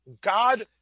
God